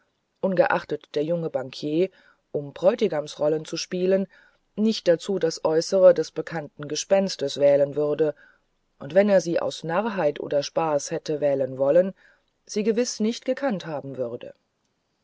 ungeachtet der junge bankier um bräutigamsrollen zu spielen nicht dazu das äußere des bekannten gespenstes wählen würde und wenn er sie aus narrheit oder spaß hätte wählen wollen sie gewiß nicht gekannt haben würde